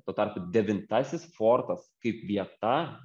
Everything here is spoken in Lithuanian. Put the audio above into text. tuo tarpu devintasis fortas kaip vieta